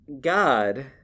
God